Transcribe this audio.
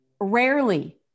Rarely